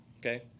Okay